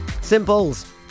Simples